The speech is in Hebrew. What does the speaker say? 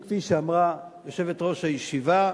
כפי שאמרה יושבת-ראש הישיבה,